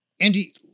Andy